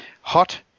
hot